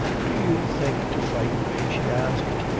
do you think to frighten me? she asked,